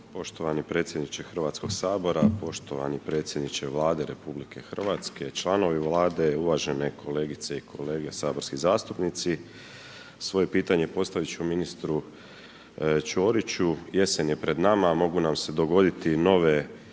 Poštovani predsjedniče Hrvatskoga sabora, poštovani predsjedniče Vlade RH, članovi Vlade, uvažene kolegice i kolege saborski zastupnici. Svoje pitanje postaviti ću ministru Ćoriću, jesen je pred nama a mogu nam se dogoditi i nove